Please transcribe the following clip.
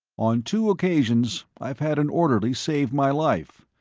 on two occasions i've had an orderly save my life.